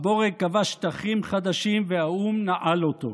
הבורג כבש שטחים חדשים והאום נעל אותו.